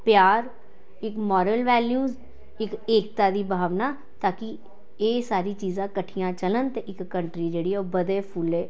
प्यार इक moral values इक एकता दी भावना ताकि एह् सारी चीजां कट्ठियां चलन ते इक कंट्री जेह्ड़ी ऐ ओह् बधै फुल्लै